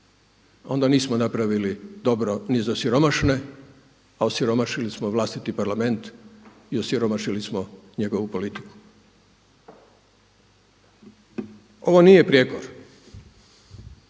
onda nismo napravili dobro ni za siromašne a osiromašili smo vlastiti Parlament i osiromašili smo njegovu politiku. Ovo nije prijekor,